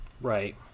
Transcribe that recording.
Right